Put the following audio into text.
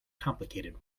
complicated